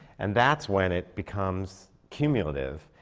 and that's when it becomes cumulative,